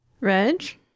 Reg